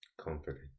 Comforting